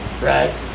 right